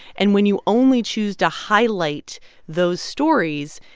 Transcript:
and when you only choose to highlight those stories,